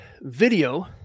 video